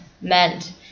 meant